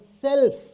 self